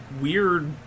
weird